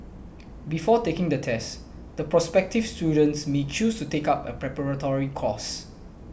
before taking the test the prospective students may choose to take up a preparatory course